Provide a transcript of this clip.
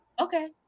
okay